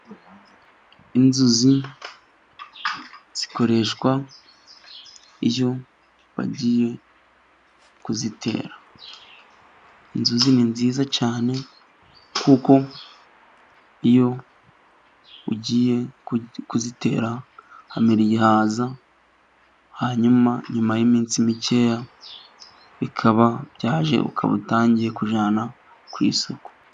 Inzuzi zikoreshwa iyo bagiye kuzitera . Inzuzi ni nziza cyane kuko iyo ugiye kuzitera hamera igihaza, hanyuma nyuma y'iminsi mikeya bikaba byaje, ukaba utangiye kujyana ku isoko.